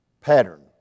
pattern